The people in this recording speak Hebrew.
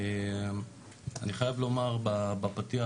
אני חייב לומר בפתיח,